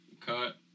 cut